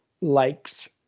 likes